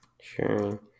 Sure